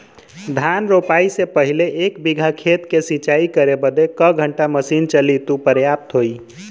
धान रोपाई से पहिले एक बिघा खेत के सिंचाई करे बदे क घंटा मशीन चली तू पर्याप्त होई?